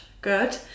good